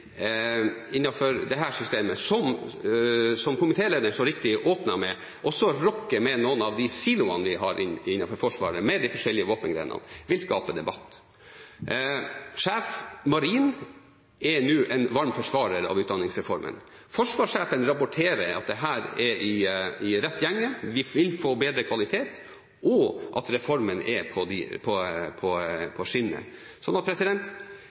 systemet, som komitélederen så riktig åpnet med, som også rokker ved noen av de siloene vi har innenfor Forsvaret, med de forskjellige våpengrenene, vil skape debatt. Sjef marin er nå en varm forsvarer av utdanningsreformen. Forsvarssjefen rapporterer at dette er i rett gjenge: Vi vil få bedre kvalitet, og reformen er på